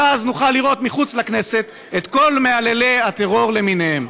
ואז נוכל לראות מחוץ לכנסת את כל מהללי הטרור למיניהם.